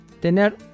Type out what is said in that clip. Tener